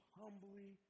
humbly